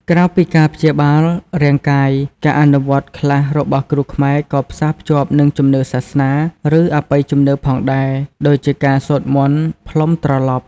ក្រៅពីការព្យាបាលរាងកាយ ការអនុវត្តខ្លះរបស់គ្រូខ្មែរក៏ផ្សារភ្ជាប់នឹងជំនឿសាសនា ឬអបិយជំនឿផងដែរ ដូចជាការសូត្រមន្ត ផ្លុំត្រឡប់។